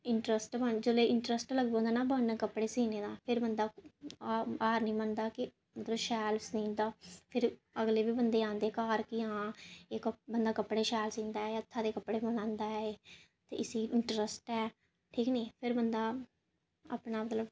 interest बनचे ते interest बनना ना जैदा कपड़े सीने दा फिर बंदा हार निं मनदा कि शैल सींदा फिर अगले बंदे बी आंदे घर हां इक बंदा कपड़े शैल सींदा ऐ हत्थें दे कपड़े बनांदा ऐ इस्सी इंटरस्ट ऐ ठीक नी फिर बंदा अपना मतलब